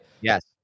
Yes